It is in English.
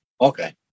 Okay